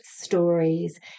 stories